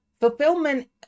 Fulfillment